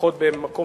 לפחות במקום